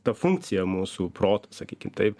ta funkcija mūsų proto sakykim taip